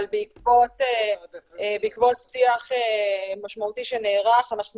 אבל בעקבות שיח משמעותי שנערך אנחנו